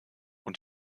und